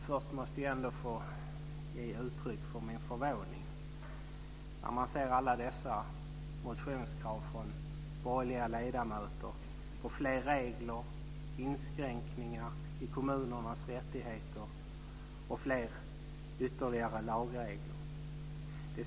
Först måste jag dock ge uttryck för min förvåning när jag ser alla dessa motionskrav från borgerliga ledamöter om fler regler och inskränkningar i kommunernas rättigheter.